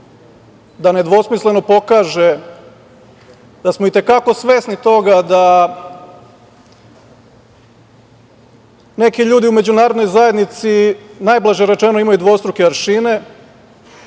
da nedvosmisleno pokaže da smo i te kako svesni toga da neki ljudi u međunarodnoj zajednici, najblaže rečeno, imaju dvostruke aršine,